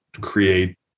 create